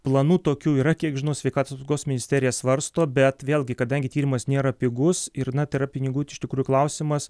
planų tokių yra kiek žinau sveikatos apsaugos ministerija svarsto bet vėlgi kadangi tyrimas nėra pigus ir na tai yra pinigų iš tikrųjų klausimas